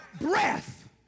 Breath